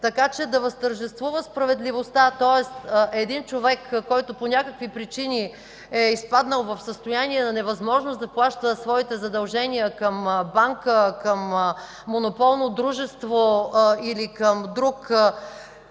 така че да възтържествува справедливостта. Тоест един човек, който по някакви причини е изпаднал в състояние на невъзможност да плаща своите задължения към банка, към монополно дружество или към друг